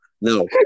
no